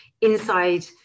inside